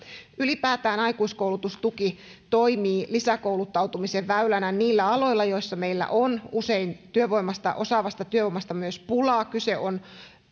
ylipäätään aikuiskoulutustuki toimii lisäkouluttautumisen väylänä niillä aloilla joilla meillä on usein osaavasta työvoimasta myös pulaa